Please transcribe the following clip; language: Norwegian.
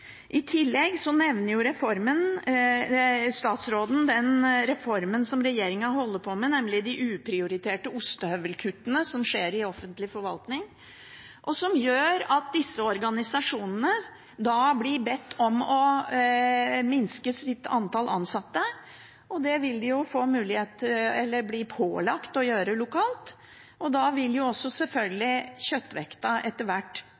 I tillegg nevner statsråden den reformen som regjeringen holder på med, nemlig de uprioriterte ostehøvelkuttene som skjer i offentlig forvaltning, og som gjør at disse organisasjonene blir bedt om å minske antall ansatte. Det vil de bli pålagt å gjøre lokalt, og da vil selvfølgelig også kjøttvekta etter hvert